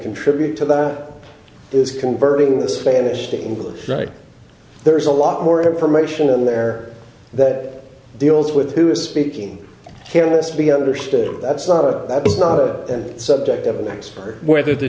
contribute to that is converting the spanish to english right there's a lot more information in there that deals with who is speaking careless to be understood that's not a that is not a subject of an expert whether the